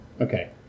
Okay